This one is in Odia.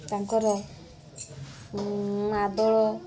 ତାଙ୍କର ମାଦଳ